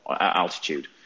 altitude